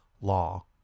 law